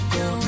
go